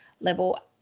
level